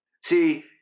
See –